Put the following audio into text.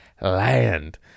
Land